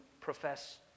profess